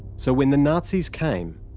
so when the nazis came,